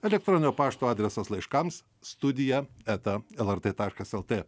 elektroninio pašto adresas laiškams studija eta lrt taškas lt